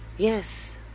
Yes